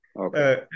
Okay